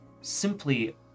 simply